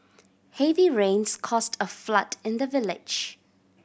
heavy rains caused a flood in the village